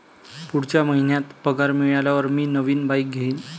पुढच्या महिन्यात पगार मिळाल्यावर मी नवीन बाईक घेईन